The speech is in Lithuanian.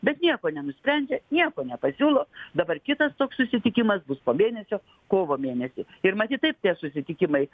bet nieko nenusprendžia nieko nepasiūlo dabar kitas toks susitikimas bus po mėnesio kovo mėnesį ir matyt taip tie susitikimai